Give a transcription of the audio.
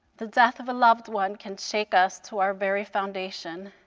the death of a loved one can shake us to our very foundation,